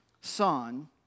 son